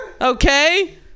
Okay